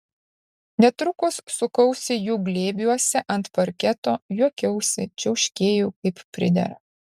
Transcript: netrukus sukausi jų glėbiuose ant parketo juokiausi čiauškėjau kaip pridera